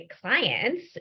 clients